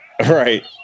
Right